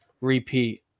Repeat